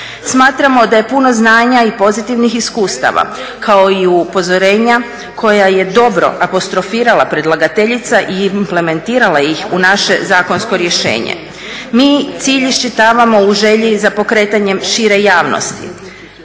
smatramo da je puno znanja i pozitivnih iskustava kao i upozorenja koja je dobro apostrofirala predlagateljica i implementirala ih u naše zakonsko rješenje. Mi cilj iščitavamo u želji za pokretanjem šire javnosti,